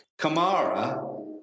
Kamara